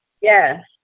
Yes